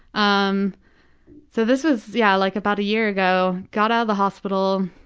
um so this was yeah like about a year ago, got out of the hospital,